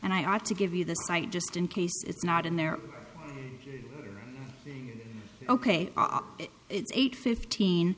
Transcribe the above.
and i ought to give you the cite just in case it's not in there ok it's eight fifteen